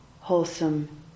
wholesome